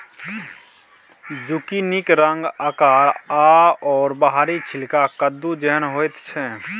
जुकिनीक रंग आकार आओर बाहरी छिलका कद्दू जेहन होइत छै